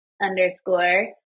underscore